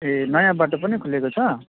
ए नयाँ बाटो पनि खोलिएको छ